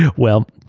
yeah well,